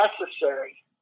necessary